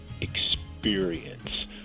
experience